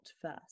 first